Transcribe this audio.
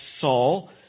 Saul